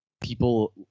people